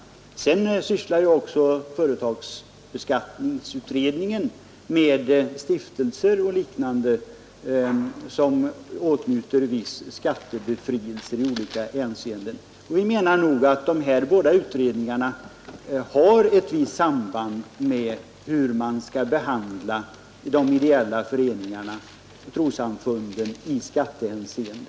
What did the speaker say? Torsdagen den Sedan sysslar också företagsbeskattningsutredningen med stiftelser 29 mars 1973 och liknande som åtnjuter viss skattebefrielse i olika hänseenden. Vi menar nog att de här utredningarna har ett visst samband med hur man skall behandla de ideella föreningarna och trossamfunden i skatte